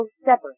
separate